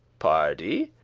pardie,